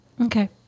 Okay